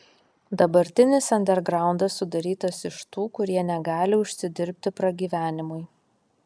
dabartinis andergraundas sudarytas iš tų kurie negali užsidirbti pragyvenimui